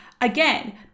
again